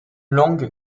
langue